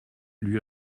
lui